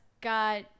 got